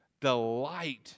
delight